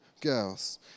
girls